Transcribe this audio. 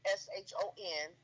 s-h-o-n